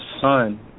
son